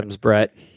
Brett